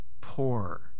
poor